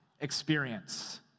experience